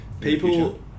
people